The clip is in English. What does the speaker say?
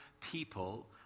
people